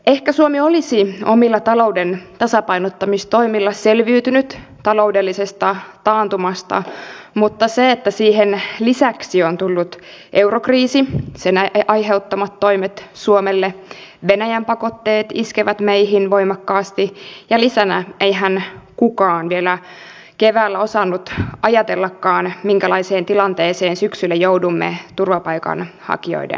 ehkä suomi olisi omilla talouden tasapainottamistoimilla selviytynyt taloudellisesta taantumasta mutta siihen lisäksi ovat tullet eurokriisi ja sen aiheuttamat toimet suomelle venäjän pakotteet iskevät meihin voimakkaasti ja lisänä eihän kukaan vielä keväällä osannut ajatellakaan minkälaiseen tilanteeseen syksyllä joudumme turvapaikanhakijoiden kanssa